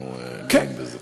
אנחנו תלויים בזה.